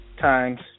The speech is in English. times